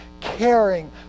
caring